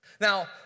Now